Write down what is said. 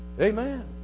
Amen